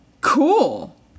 Cool